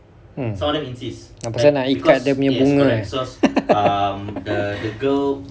mm pasal nak ikat dia punya bunga eh